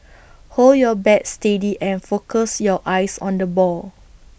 hold your bat steady and focus your eyes on the ball